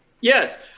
yes